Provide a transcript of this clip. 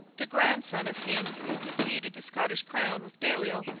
the grandson of him who had disputed the scottish crown with baliol,